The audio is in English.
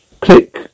Click